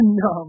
no